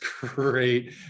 great